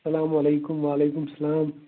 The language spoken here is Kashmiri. سلام علیکُم وعلیکُم سَلام